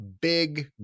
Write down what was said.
big